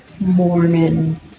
Mormon